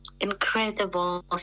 incredible